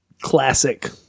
classic